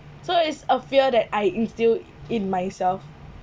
so it's a fear that I instill in myself